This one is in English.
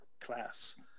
class